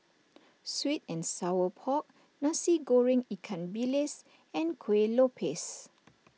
Sweet and Sour Pork Nasi Goreng Ikan Bilis and Kuih Lopes